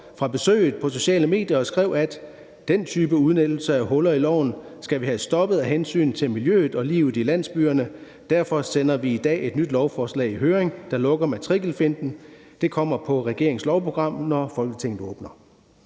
fra besøget op på sociale medier og skrev: Den type udnyttelse af huller i loven skal vi have stoppet af hensyn til miljøet og livet i landsbyerne. Derfor sender vi i dag et nyt lovforslag i høring, der lukker matrikelfinten. Det kommer på regeringens lovprogram, når Folketinget åbner.